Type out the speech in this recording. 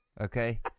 okay